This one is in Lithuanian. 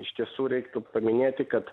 iš tiesų reiktų paminėti kad